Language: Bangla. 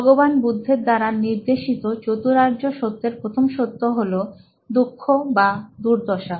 ভগবান বুদ্ধের দ্বারা নির্দেশিত চতুরার্য সত্যের প্রথম সত্য হলো দুঃখ বা দুর্দশা